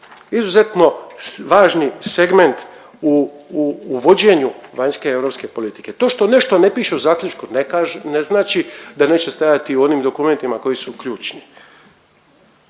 izuzetno važni segment u vođenju vanjske i europske politike. To što nešto ne piše u zaključku, ne znači da neće stajati u onim dokumentima koji su ključni.